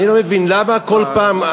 אני לא מבין למה כל פעם,